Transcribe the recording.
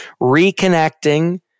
reconnecting